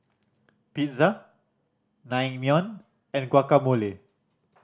Pizza Naengmyeon and Guacamole